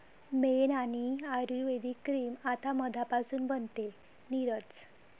मेण आणि आयुर्वेदिक क्रीम आता मधापासून बनते, नीरज